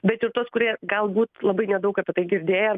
bet ir tuos kurie galbūt labai nedaug apie tai girdėję